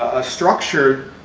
a structured,